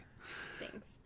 Thanks